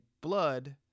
blood